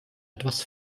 etwas